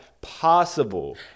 possible